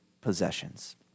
possessions